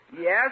Yes